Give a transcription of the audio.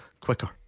quicker